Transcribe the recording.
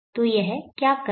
तो यह क्या कर रहा है